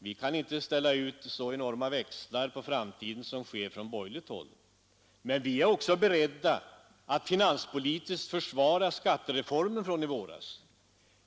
Vi kan inte ställa ut så enorma växlar på framtiden som man gör från borgerligt håll, men vi är också beredda att finanspolitiskt försvara skattereformen från i våras.